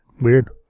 Weird